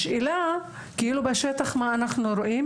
השאלה היא מה אנחנו רואים בשטח,